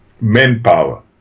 manpower